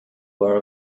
were